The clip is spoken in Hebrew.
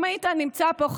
אם היית נמצא פה,